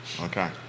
Okay